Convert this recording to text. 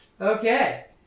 Okay